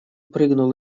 прыгнул